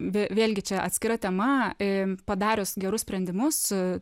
vė vėlgi čia atskira tema ė padarius gerus sprendimus